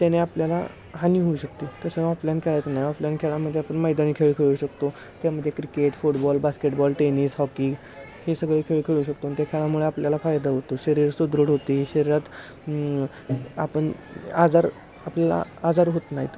त्याने आपल्याला हानी होऊ शकते तसं ऑफलाईन खेळाचं नाही ऑफलाईन खेळामध्ये आपण मैदानी खेळ खेळू शकतो त्यामध्ये cricket football basketball tennis hockey हे सगळे खेळ खेळू शकतो आणि त्या खेळामुळे आपल्याला फायदा होतो शरीर सुदृढ होते शरीरात आपण आजार आपल्याला आजार होत नाहीत